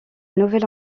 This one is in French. nouvelle